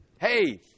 hey